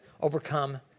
overcome